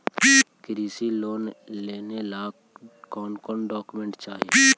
कृषि लोन लेने ला कोन कोन डोकोमेंट चाही?